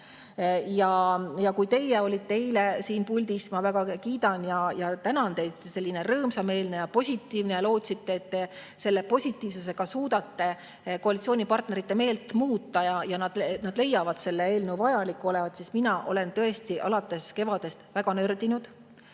Kui teie olite eile siin puldis, siis te olite – ma väga kiidan ja tänan teid – selline rõõmsameelne ja positiivne ja lootsite, et te selle positiivsusega suudate koalitsioonipartnerite meelt muuta ja nad leiavad selle eelnõu vajaliku olevat. Mina aga olen tõesti alates kevadest väga nördinud